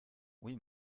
oui